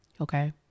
Okay